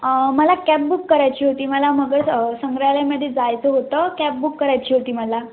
मला cab book करायची होती मला मगर संग्रहालयमध्ये जायचं होतं कॅब बुक करायची होती मला